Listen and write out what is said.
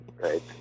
Right